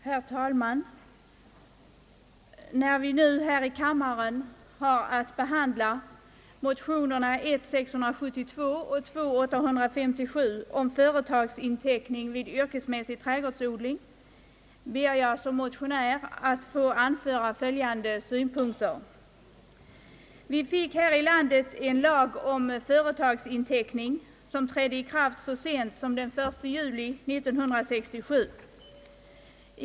Herr talman! När vi nu här i kammaren har att behandla motionerna I: 672 och II:857 om företagsinteckning vid yrkesmässig trädgårdsodling ber jag som motionär att få anföra följande synpunkter. Vi fick här i landet en lag om företagsinteckning som trädde i kraft så sent som den 1 juli år 1967.